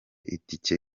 itike